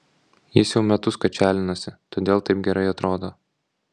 jis jau metus kačialinasi todėl taip gerai atrodo